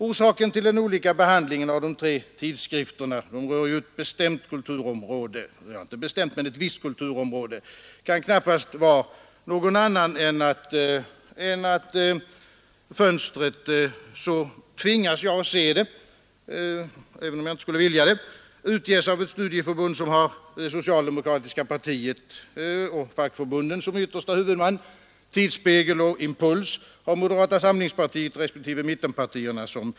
Orsaken till den olikartade behandlingen av de tre tidskrifterna, som ju alla rör ett visst bestämt kulturområde, kan knappast, såsom jag tvingas se det, vara någon annan än att tidskriften Fönstret utges av ett studieförbund som har det socialdemokratiska partiet och fackförbunden som yttersta huvudman. Bakom Tidsspegel och Impuls står moderata samlingspartiet respektive mittenpartierna.